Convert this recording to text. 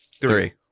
three